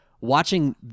watching